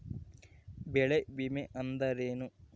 ಬೆಳೆ ವಿಮೆ ಅಂದರೇನು?